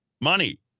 money